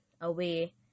away